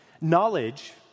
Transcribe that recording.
Knowledge